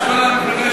אף פעם המפלגה